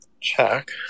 check